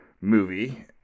movie